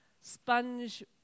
sponge